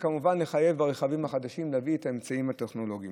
כמובן יש לחייב ברכבים החדשים להביא את האמצעים הטכנולוגיים.